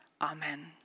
Amen